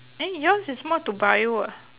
eh yours is more to bio ah